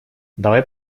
давай